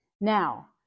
Now